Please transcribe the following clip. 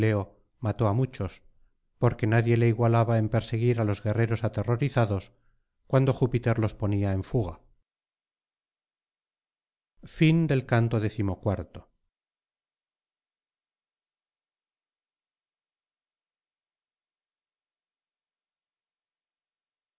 mató á muchos porque nadie le igualaba en perseguir á los guerreros aterrorizados cuando júpiter los ponía en fuga